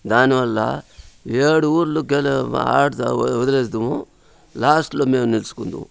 దానివల్ల ఏడు ఊరులు గెల ఆడతా వదిలెస్తుము లాస్ట్లో మేము నిలుచుకుందుము